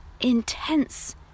intense